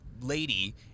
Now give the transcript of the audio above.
lady